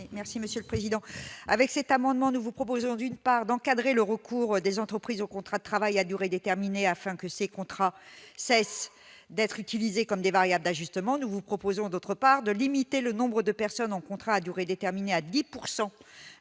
Merci monsieur le président, avec cet amendement, nous vous proposons d'une part, d'encadrer le recours des entreprises au contrat de travail à durée déterminée afin que ces contrats cesse d'être utilisés comme des variables d'ajustement, nous vous proposons d'autre part, de limiter le nombre de personnes en contrat à durée déterminée à 10